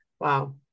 Wow